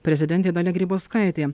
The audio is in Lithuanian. prezidentė dalia grybauskaitė